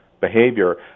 behavior